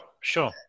sure